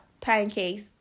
pancakes